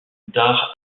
dar